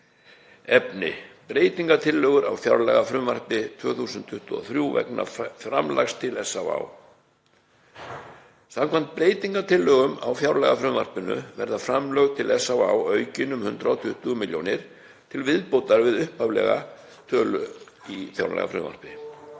„Efni: Breytingartillögur á fjárlagafrumvarpi 2023 vegna framlags til SÁÁ. Samkvæmt breytingartillögum á fjárlagafrumvarpinu verða framlög til SÁÁ aukin um 120 milljónir til viðbótar við upprunalega tillögu í fjárlagafrumvarpi.